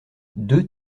deux